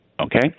okay